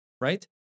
right